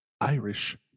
Irish